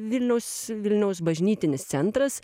vilniaus vilniaus bažnytinis centras